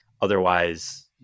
otherwise